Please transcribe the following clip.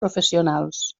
professionals